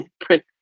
print